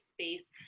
space